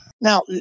Now